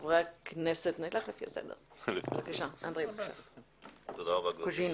חבר הכנסת אנדרי קוז'ינוב.